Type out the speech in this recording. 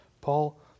Paul